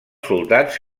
soldats